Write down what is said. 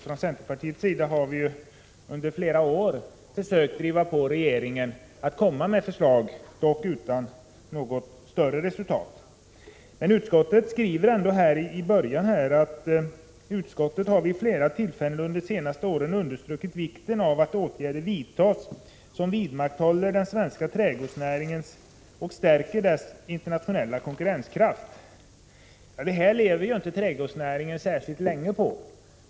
Från centerpartiets sida har vi under flera år försökt få regeringen att komma med förslag, dock utan något större resultat. Utskottet skriver i sitt betänkande: ”Utskottet har vid flera tillfällen under de senaste åren understrukit vikten av att åtgärder vidtas som vidmakthåller den svenska trädgårdsnäringen och stärker dess internationella konkurrenskraft.” Det här lever inte trädgårdsnäringen särskilt länge på.